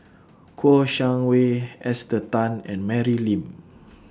Kouo Shang Wei Esther Tan and Mary Lim